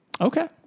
Okay